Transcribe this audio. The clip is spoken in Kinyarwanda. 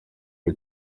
bwo